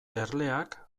erleak